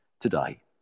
today